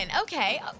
okay